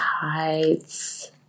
Heights